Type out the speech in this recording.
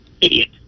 idiot